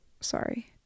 sorry